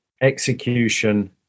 execution